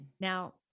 Now